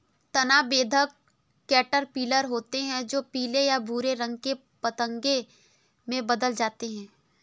तना बेधक कैटरपिलर होते हैं जो पीले या भूरे रंग के पतंगे में बदल जाते हैं